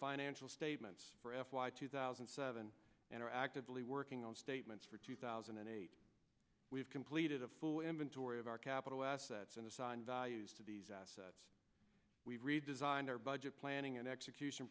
financial statements for f y two thousand and seven and are actively working on statements for two thousand and eight we've completed a full inventory of our capital assets and assign values to these assets we redesigned our budget planning and execution